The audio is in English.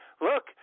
look